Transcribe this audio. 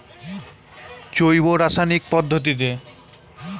hemp cultivate অনেক ভাবে ফসল উৎপাদন করতিছে